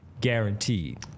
guaranteed